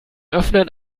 öffnen